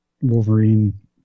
Wolverine